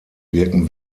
wirken